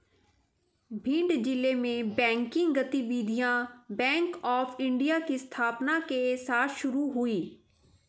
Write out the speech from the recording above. भिंड जिले में बैंकिंग गतिविधियां बैंक ऑफ़ इंडिया की स्थापना के साथ शुरू हुई